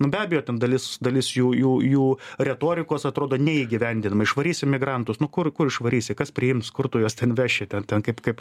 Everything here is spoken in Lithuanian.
be abejo ten dalis dalis jų jų jų retorikos atrodo neįgyvendinama išvarysim migrantus nu kur kur išvarysi kas priims kur tu juos ten veši ten ten kaip kaip